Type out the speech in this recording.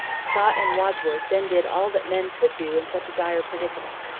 scott and wadsworth then did all that men could do in such a dire predicament.